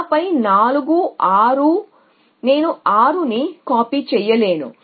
ఆపై 4 6 నేను 6 ని కాపీ చేయలేను